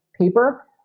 paper